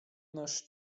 nasz